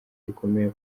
rikomeye